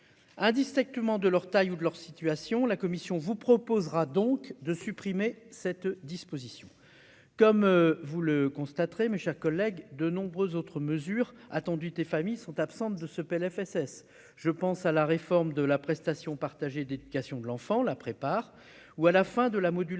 indistinctement de leur taille ou de leur situation, la Commission vous proposera donc de supprimer cette disposition comme vous le constaterez mes chers collègues, de nombreuses autres mesures attendues des familles sont absentes de ce Plfss je pense à la réforme de la prestation partagée d'éducation de l'enfant, la prépare ou à la fin de la modulation